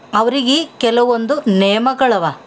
ಅವ್ರಿಗೆ ಕೆಲವೊಂದು ನೇಮಗಳಿವೆ